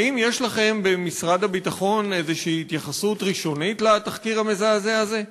האם יש לכם במשרד הביטחון התייחסות ראשונית כלשהי לתחקיר המזעזע הזה?